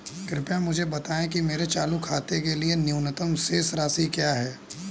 कृपया मुझे बताएं कि मेरे चालू खाते के लिए न्यूनतम शेष राशि क्या है